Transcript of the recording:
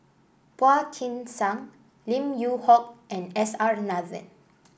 Phua Kin Siang Lim Yew Hock and S R Nathan